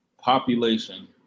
population